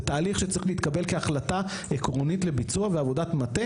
זה תהליך שצריך להתקבל כהחלטה עקרונית לביצוע ועבודת מטה,